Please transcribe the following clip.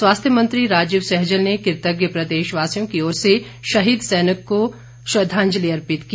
स्वास्थ्य मंत्री राजीव सैजल ने कृतज्ञ प्रदेश वासियों की ओर से शहीद सैनिक को श्रद्वांजलि अर्पित की